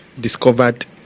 discovered